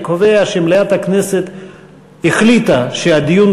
אני קובע שמליאת הכנסת החליטה שהדיון